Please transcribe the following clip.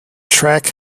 track